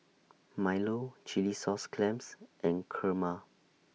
Milo Chilli Sauce Clams and Kurma